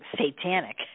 satanic